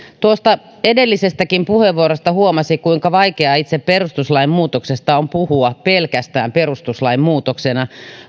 tuosta edellisestäkin puheenvuorosta huomasi kuinka vaikeaa itse perustuslain muutoksesta on puhua pelkästään perustuslain muutoksena